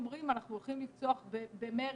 אומרים: אנחנו הולכים לפתוח במרד.